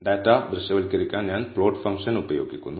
data ദൃശ്യവൽക്കരിക്കാൻ ഞാൻ plot function ഉപയോഗിക്കുന്നു